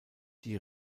die